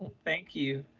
thank you.